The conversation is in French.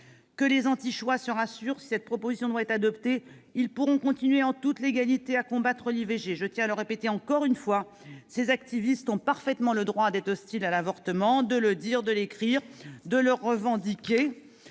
Que les anti-choix se rassurent : si cette proposition de loi est adoptée, ils pourront continuer en toute légalité à combattre l'IVG. Je tiens à le redire une fois encore : ces activistes ont parfaitement le droit d'être hostiles à l'avortement, de le dire, de l'écrire, de le revendiquer